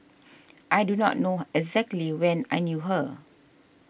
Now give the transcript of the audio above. I do not know exactly when I knew her